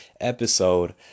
episode